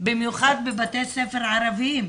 במיוחד בבתי ספר ערביים.